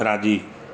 अपराधी